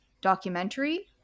documentary